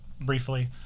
briefly